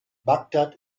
bagdad